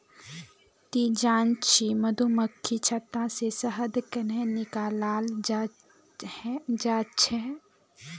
ती जानछि मधुमक्खीर छत्ता से शहद कंन्हे निकालाल जाच्छे हैय